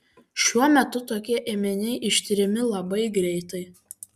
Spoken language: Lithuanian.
šiuo metu tokie ėminiai ištiriami labai greitai